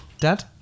Dad